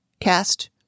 cast